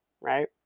right